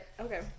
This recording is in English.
Okay